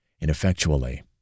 ineffectually